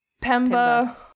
Pemba